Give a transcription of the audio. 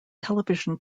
television